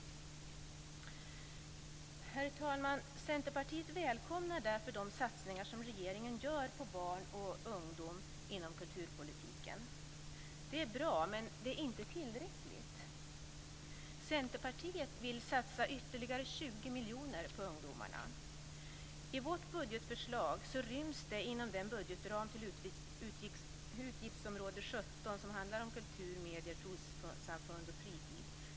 Herr talman! Centerpartiet välkomnar därför de satsningar som regeringen gör på barn och ungdom inom kulturpolitiken. Det är bra, med det är inte tillräckligt. Centerpartiet vill satsa ytterligare 20 miljoner på ungdomarna. I vårt budgetförslag ryms det inom budgetramen till utgiftsområde 17, som handlar om kultur, medier, trossamfund och fritid.